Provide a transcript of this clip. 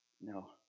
No